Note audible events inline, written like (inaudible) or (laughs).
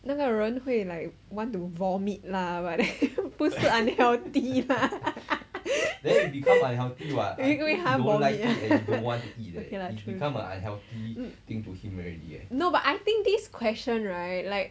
那个人会 like want to vomit lah but then (laughs) 不是 unhealthy lah (laughs) 因为他 vomit ah okay lah true no but I think this question right like